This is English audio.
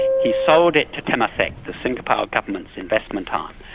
he sold it to temasek, the singapore government's investment arm,